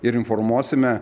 ir informuosime